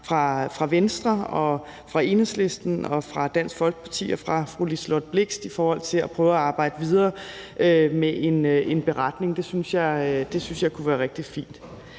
fra Venstre, fra Enhedslisten, fra Dansk Folkeparti og fra fru Liselott Blixt i forhold til at prøve at arbejde videre med en beretning. Det synes jeg kunne være rigtig fint.